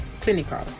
clinical